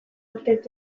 urtez